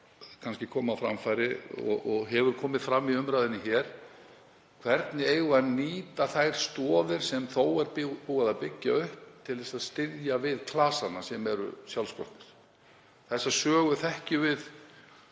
þarf að koma á framfæri og hefur komið fram í umræðunni hér: Hvernig eigum við að nýta þær stoðir sem þó er búið að byggja upp til að styðja við klasa sem eru sjálfsprottnir? Þá sögu þekkjum við